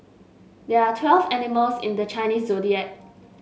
there are twelve animals in the Chinese Zodiac